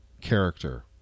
character